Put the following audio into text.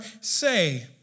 say